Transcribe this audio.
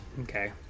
Okay